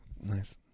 nice